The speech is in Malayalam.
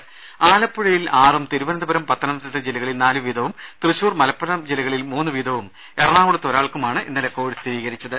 ദേദ ആലപ്പുഴയിൽ ആറും തിരുവനന്തപുരം പത്തനംതിട്ട ജില്ലകളിൽ നാലു വീതവും തൃശൂർ മലപ്പുറം ജില്ലകളിൽ മൂന്നു വീതവും എറണാകുളത്ത് ഒരാൾക്കും ഇന്നലെ കോവിഡ് സ്ഥിരീകരിച്ചു